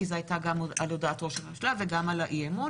כי זו הייתה גם על הודעת ראש הממשלה וגם על האי-אמון,